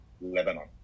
Lebanon